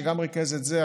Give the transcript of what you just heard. שגם ריכז את זה,